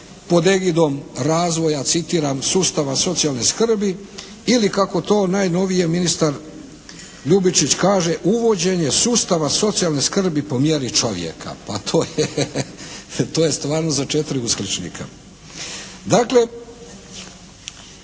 razumije./… razvoja citiram: "… sustava socijalne skrbi…" ili kako to najnovije ministar Ljubičić kaže, uvođenje sustava socijalne skrbi po mjeri čovjeka. Pa to je stvarno za četiri uskličnika. Dakle,